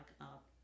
up